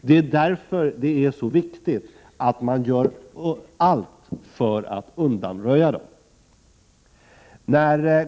Det är därför det är så viktigt att man gör allt för att undanröja dem.